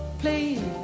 please